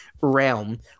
realm